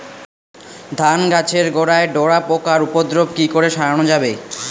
ধান গাছের গোড়ায় ডোরা পোকার উপদ্রব কি দিয়ে সারানো যাবে?